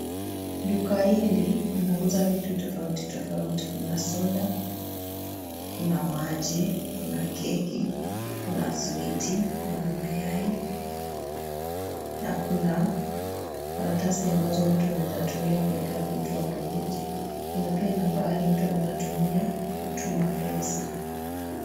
Duka hili wanauza vitu tofauti tofauti kuna soda, kuna maji, kuna keki, kuna switi kuna mayai na kuna karatasi ambazo mtu anaeza tumia kueka vitu hapo nje. Kuna pia nambari mtu anaeza tumia kutuma pesa.